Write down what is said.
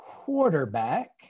quarterback